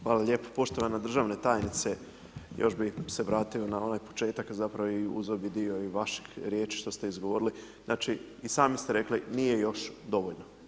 Hvala lijepo poštovana državna tajnice, još bi se vratio na onaj početak zapravo i uzeo bi dio i vaših riječi što ste izgovorili, znači i sami ste rekli nije još dovoljno.